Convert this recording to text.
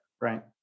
Right